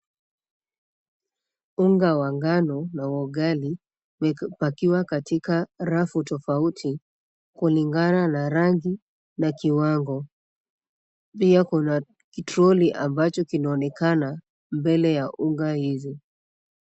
Unga wa ngano na wa ugali umepakiwa katika rafu tofauti kulingana na rangi na kiwango. Pia kuna kitroli ambacho kinaonekana mbele ya unga hizi.